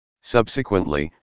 Subsequently